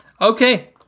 Okay